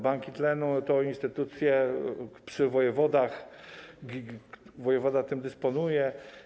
Banki tlenu to instytucje przy wojewodach, wojewoda tym dysponuje.